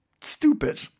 stupid